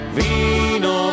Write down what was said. vino